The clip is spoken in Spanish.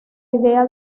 idea